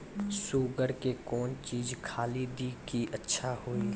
Sugar के कौन चीज खाली दी कि अच्छा हुए?